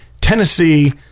Tennessee